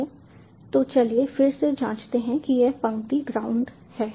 तो चलिए फिर से जाँचते हैं कि यह पंक्ति ग्राउंड है